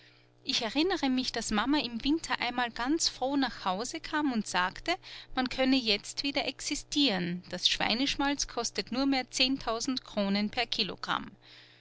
ich erinnere mich daß mama im winter einmal ganz froh nach hause kam und sagte man könne jetzt wieder existieren das schweineschmalz kostet nur mehr zehntausend kronen per kilogramm